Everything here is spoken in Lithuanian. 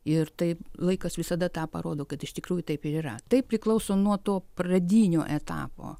ir tai laikas visada tą parodo kad iš tikrųjų taip ir yra tai priklauso nuo to pradinio etapo